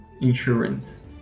insurance